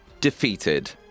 defeated